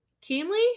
Keenly